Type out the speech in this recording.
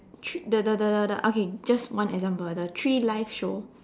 three the the the the okay just one example the three life show